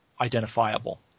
identifiable